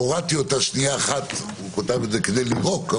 הורדתי אותה שנייה אחת כדי לירוק.